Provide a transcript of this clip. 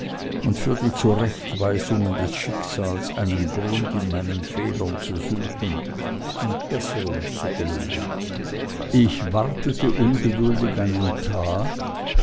und für die zurechtweisungen des schicksals einen grund in meinen fehlern zu suchen und besserung zu geloben ich wartete ungeduldig einen tag